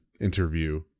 interview